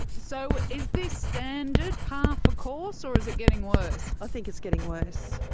so is this standard, par for course, or is it getting worse? i think it's getting worse.